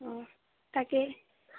অ তাকেই